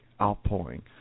outpouring